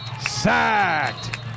sacked